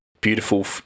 Beautiful